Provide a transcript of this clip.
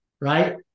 right